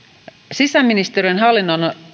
sisäministeriön